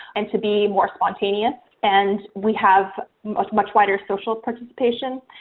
and to be more spontaneous, and we have much much wider social participation.